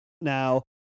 now